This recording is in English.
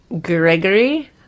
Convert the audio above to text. Gregory